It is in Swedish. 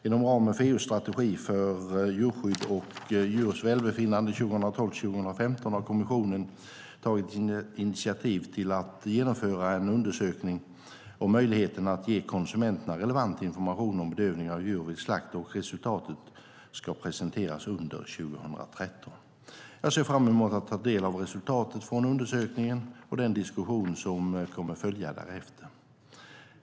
Inom ramen för EU:s strategi för djurskydd och djurs välbefinnande 2012-2015 har kommissionen tagit initiativ till att genomföra en undersökning om möjligheten att ge konsumenterna relevant information om bedövning av djur vid slakt, och resultatet ska presenteras under 2013. Jag ser fram emot att ta del av resultaten från undersökningen och den diskussion som kommer att följa därefter.